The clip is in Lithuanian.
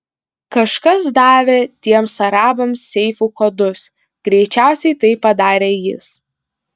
kažkas davė tiems arabams seifų kodus greičiausiai tai padarė jis